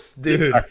dude